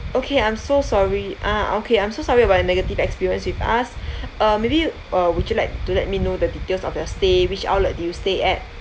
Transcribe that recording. okay I'm so sorry ah okay I'm so sorry about your negative experience with us uh maybe uh would you like to let me know the details of your stay which outlet did you stay at